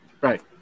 Right